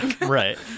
Right